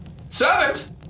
Servant